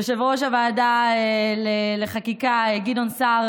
יושב-ראש הוועדה לענייני חקיקה גדעון סער